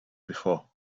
before